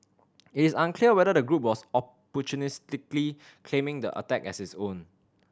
it is unclear whether the group was opportunistically claiming the attack as its own